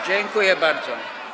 Dziękuję bardzo.